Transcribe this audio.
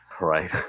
Right